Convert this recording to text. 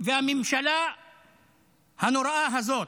לממשלה הנוראה הזאת,